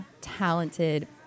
talented